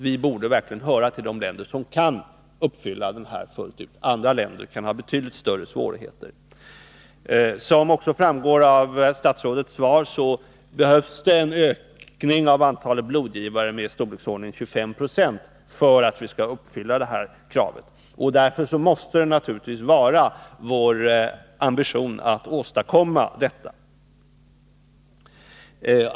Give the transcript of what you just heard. Vi borde verkligen höra till de länder som kan uppfylla kravet fullt ut. Andra länder kan ha betydligt större svårigheter att göra det. Som också framgår av statsrådets svar behövs det en ökning av antalet blodgivare med i storleksordningen 25 96 för att vi skall uppfylla kravet. Därför måste det naturligtvis vara vår ambition att åstadkomma detta.